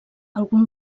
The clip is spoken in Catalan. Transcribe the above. algun